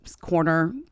corner